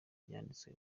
byanditswe